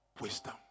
Wisdom